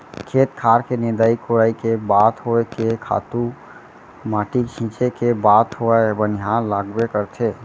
खेत खार के निंदई कोड़ई के बात होय के खातू माटी छींचे के बात होवय बनिहार लगबे करथे